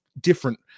different